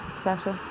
special